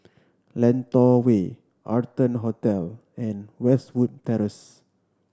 Lentor Way Arton Hotel and Westwood Terrace